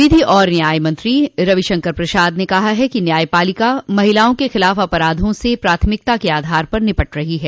विधि और न्याय मंत्री रवि शंकर प्रसाद ने कहा है कि न्यायपालिका महिलाओं के खिलाफ अपराधों से प्राथमिकता के आधार पर निपट रही है